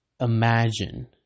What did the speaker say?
imagine